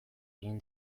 egin